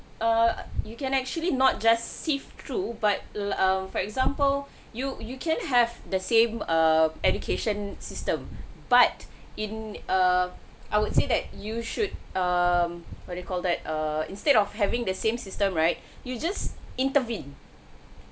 err you can actually not just sift through but uh for example you you can have the same err education system but in err I would say that you should um what do you call that err instead of having the same system right you just intervene